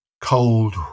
cold